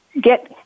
get